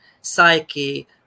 psyche